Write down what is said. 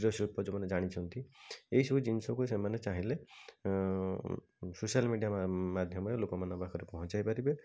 କୁଟୀର ଶିଳ୍ପ ଯୋଉମାନେ ଜାଣିଛନ୍ତି ଏଇସବୁ ଜିନିଷକୁ ସେମାନେ ଚାହିଁଲେ ସୋସିଆଲ୍ ମିଡ଼ିଆ ମାଧ୍ୟମରେ ଲୋକମାନଙ୍କ ପାଖରେ ପହଞ୍ଚାଇ ପାରିବେ